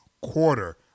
quarter